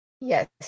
Yes